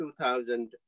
2000